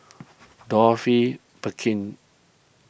Dorothy Perkins